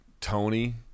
Tony